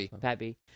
Pappy